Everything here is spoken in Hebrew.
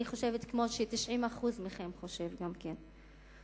אני חושבת, כמו ש-90% מכם חושבים גם כן.